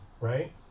right